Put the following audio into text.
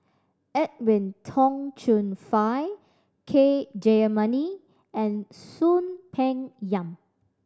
Edwin Tong Chun Fai K Jayamani and Soon Peng Yam